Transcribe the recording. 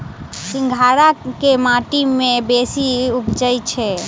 सिंघाड़ा केँ माटि मे बेसी उबजई छै?